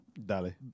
Dali